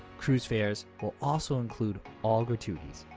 cruise fares will also include all gratuities,